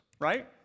right